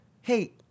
hey